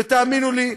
ותאמינו לי,